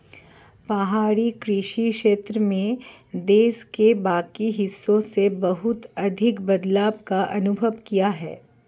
पहाड़ी कृषि क्षेत्र में देश के बाकी हिस्सों से बहुत अधिक बदलाव का अनुभव किया है